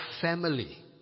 family